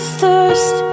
thirst